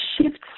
shifts